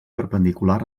perpendicular